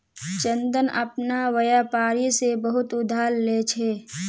चंदन अपना व्यापारी से बहुत उधार ले छे